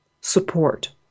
support